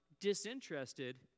disinterested